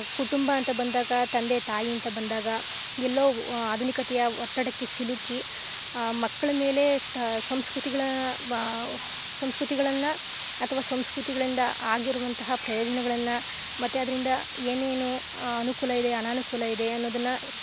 ಕುಟುಂಬ ಅಂತ ಬಂದಾಗ ತಂದೆ ತಾಯಿ ಅಂತ ಬಂದಾಗ ಎಲ್ಲೋ ಅದುನಿಕತೆಯ ಒತ್ತಡಕ್ಕೆ ಸಿಲುಕಿ ಮಕ್ಳ್ ಮೇಲೆ ತ ಸಂಸ್ಕ್ರುತಿಗಳ ವ ಸಂಸ್ಕ್ರುತಿಗಳನ್ನ ಅತವಾ ಸಂಸ್ಕ್ರುತಿಗಳಿಂದ ಆಗಿರುವಂತ ಪ್ರಯೋಜನಗಳನ್ನ ಮತ್ತೆ ಅದ್ರಿಂದ ಏನೇನು ಅನುಕೂಲ ಇದೆ ಅನಾನುಕೂಲ ಇದೆ ಅನ್ನೋದನ್ನ